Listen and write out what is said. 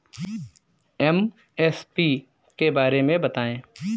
MSP के बारे में बतायें?